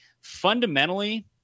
fundamentally